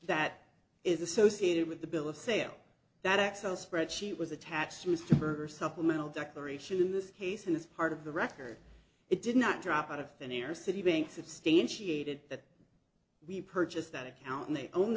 that is associated with the bill of sale that excel spreadsheet was attached used for supplemental declaration in this case in this part of the record it did not drop out of thin air citibank substantiated that we purchased that account and they own